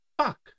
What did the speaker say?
fuck